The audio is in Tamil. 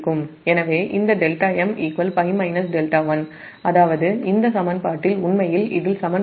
எனவே இந்த δmπ δ1 அதாவது இந்த சமன்பாட்டில் உண்மையில் δ2 δm உங்கள் π δ1